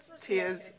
Tears